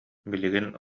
билигин